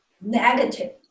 negative